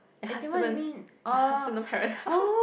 your husband your husband no parent